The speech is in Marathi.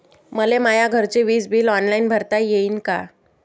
मले माया घरचे विज बिल ऑनलाईन भरता येईन का?